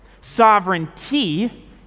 Sovereignty